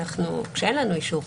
כשאין לנו אישור.